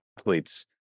athletes